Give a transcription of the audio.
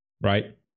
Right